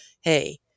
hey